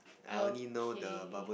okay